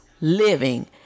living